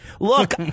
Look